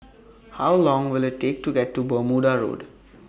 How Long Will IT Take to Walk to Bermuda Road